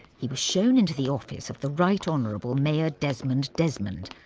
he was shown into the office of the right honourable mayor desmond desmond,